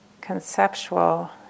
conceptual